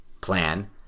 plan